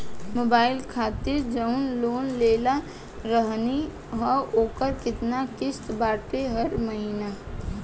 Mobile खातिर जाऊन loan लेले रहनी ह ओकर केतना किश्त बाटे हर महिना?